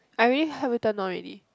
I already help you turn on already